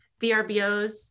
VRBOs